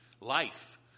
life